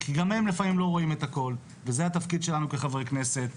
כי גם הם לפעמים לא רואים את הכול וזה התפקיד שלנו כחברי כנסת.